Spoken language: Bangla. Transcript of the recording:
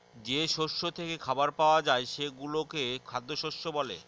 যে শস্য থেকে খাবার পাওয়া যায় সেগুলোকে খ্যাদ্যশস্য বলে